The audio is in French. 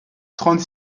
trente